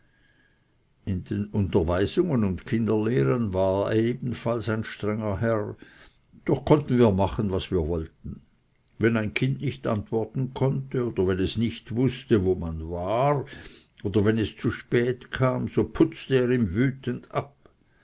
in den unterweisungen und kinderlehren war er ebenfalls ein strenger herr doch konnten wir machen was wir wollten wenn ein kind nicht antworten konnte oder wenn es nicht wußte wo man war oder wenn es zu spät kam putzte er ihm wütend ab